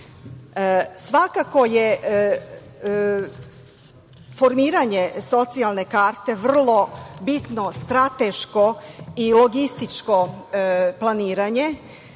je formiranje Socijalne karte vrlo bitno, strateško i logističko planiranje,